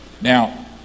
Now